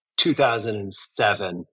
2007